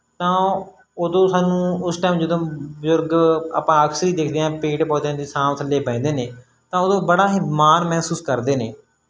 ਤਾਂ ਉਦੋਂ ਸਾਨੂੰ ਉਸ ਟਾਈਮ ਜਦੋਂ ਬਜ਼ੁਰਗ ਆਪਾਂ ਅਕਸਰ ਹੀ ਦੇਖਦੇ ਹਾਂ ਪੇੜ ਪੌਦਿਆਂ ਦੀ ਛਾਂਵ ਥੱਲੇ ਬਹਿੰਦੇ ਨੇ ਤਾਂ ਉਦੋਂ ਬੜਾ ਹੀ ਮਾਣ ਮਹਿਸੂਸ ਕਰਦੇ ਨੇ